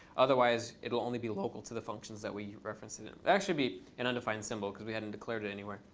otherwise, it'll only be local to the functions that we reference it in. it'll but actually be an undefined symbol, because we hadn't declared it anyway.